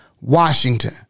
Washington